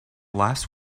last